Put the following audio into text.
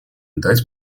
дать